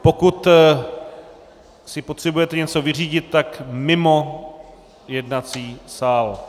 Pokud si potřebujete něco vyřídit, tak mimo jednací sál.